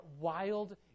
wild